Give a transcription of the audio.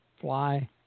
Fly